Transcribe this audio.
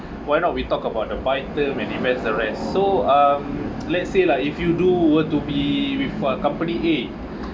why not we talk about the buy term and invest the rest so um let's say lah like if you were to be with a company a